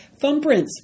Thumbprints